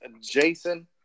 Jason